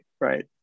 right